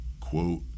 quote